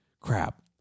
crap